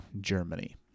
Germany